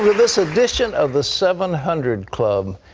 this edition of the seven hundred club.